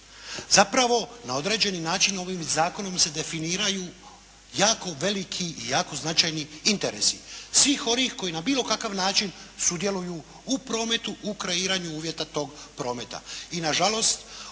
Zapravo na određeni način ovim zakonom se definiraju jako veliki i jako značajni interesi svih onih koji na bilo kakav način sudjeluju u prometu, u kreiranju uvjeta tog prometa.